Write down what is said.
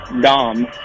Dom